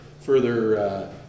further